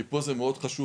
כי פה זה מאוד חשוב,